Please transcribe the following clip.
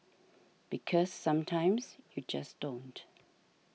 because sometimes you just don't